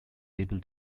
able